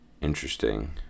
interesting